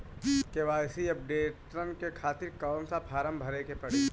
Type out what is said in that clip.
KYC updation के खातिर कौन सा फारम भरे के पड़ी?